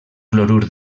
clorur